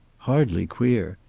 hardly queer.